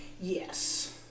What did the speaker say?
Yes